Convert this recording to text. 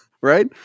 Right